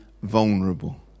vulnerable